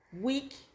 week